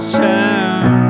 time